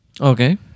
Okay